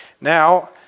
Now